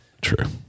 True